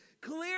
Clear